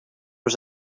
was